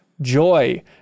joy